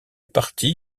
parti